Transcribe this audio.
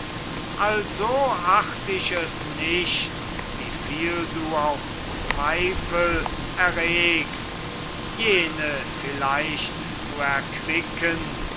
also acht ich es nicht wie viel du auch zweifel erregest jene vielleicht zu erquicken